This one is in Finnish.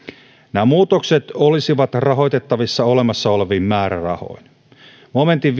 nämä muutokset olisivat rahoitettavissa olemassa olevin määrärahoin momentin